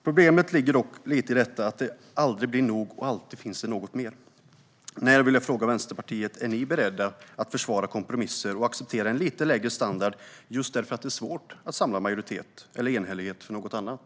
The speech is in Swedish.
Problemet ligger dock lite i detta att det aldrig blir nog och alltid finns något mer. Jag vill fråga Vänsterpartiet: Är ni beredda att försvara kompromisser och acceptera en lite lägre standard just därför att det är svårt att samla majoritet eller enhällighet för något annat?